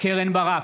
קרן ברק,